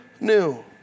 new